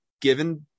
given